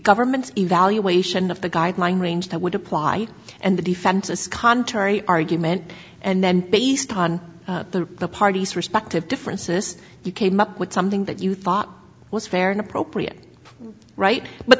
government's evaluation of the guideline range that would apply and the defense is contrary argument and then based on the party's respective differences you came up with something that you thought was fair and appropriate right but